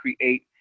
create